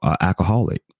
alcoholic